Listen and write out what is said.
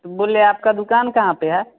बोलिए आपकी दुकान कहाँ पर है